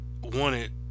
wanted